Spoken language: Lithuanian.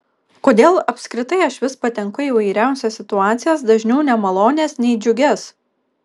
kodėl apskritai aš vis patenku į įvairiausias situacijas dažniau nemalonias nei džiugias